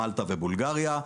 מלטה ובולגריה.